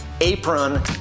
apron